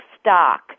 stock